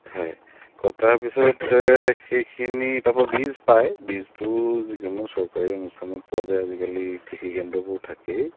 হয় কটাৰ পিছতে সেইখিনি তাৰপৰা বীজ পায় বীজটো যিকোনো চৰকাৰী অনুষ্ঠানত পোৱা যায় আজিকালি কৃষি কেন্দ্ৰবোৰ থাকেই